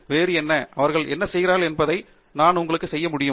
வேறு என்ன அவர்கள் என்ன செய்கிறார்கள் என்பதை நான் என்ன செய்ய முடியும்